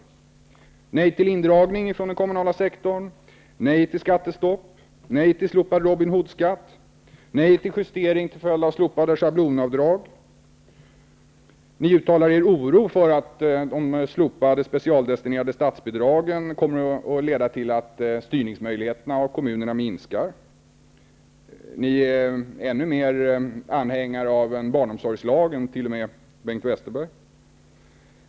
De har sagt nej till indragning från den kommunala sektorn, nej till skattestopp, nej till slopad Robin Hood-skatt och nej till justering till följd av slopade schablonavdrag. Ni uttalar er oro för att de slopade specialdestinerade statsbidragen kommer att leda till att styrningsmöjligheterna av kommunerna minskar. Ni är ännu mer anhängare av en barnomsorgslag än t.o.m. Bengt Westerberg.